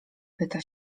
pyta